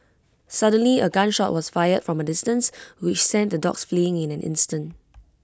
suddenly A gun shot was fired from A distance which sent the dogs fleeing in an instant